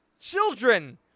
children